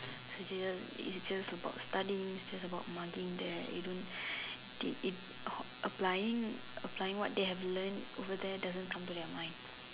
it's just about studying it's just about mugging there they don't they it applying applying what they have learnt over there doesn't come to their mind